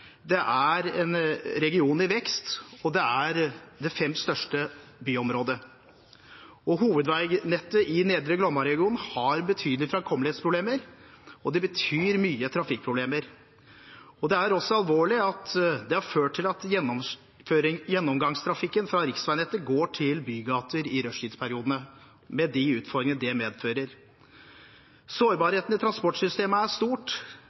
en region i vekst, og det er det femte største byområdet. Hovedveinettet i Nedre Glomma-regionen har betydelige framkommelighetsproblemer, og det betyr mye trafikkproblemer. Det er også alvorlig at det har ført til at gjennomgangstrafikken fra riksveinettet går til bygater i rushtidsperiodene, med de utfordringer det medfører. Sårbarheten i transportsystemet er